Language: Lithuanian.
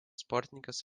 sportininkas